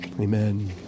Amen